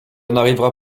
n’arrivera